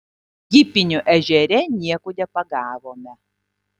gipinio ežere nieko nepagavome